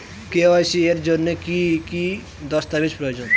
KYC এর জন্যে কি কি দস্তাবেজ প্রয়োজন?